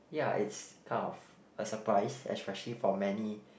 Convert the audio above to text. ya it's kind of a surprise especially for many